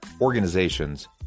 organizations